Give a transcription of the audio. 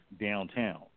downtown